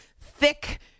thick